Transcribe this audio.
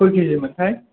खय कि जि मोनथाय